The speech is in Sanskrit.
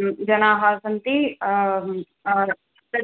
ज् जनाः सन्ति तद्